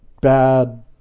Bad